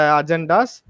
agendas